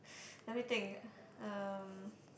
let me think uh